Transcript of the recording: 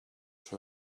for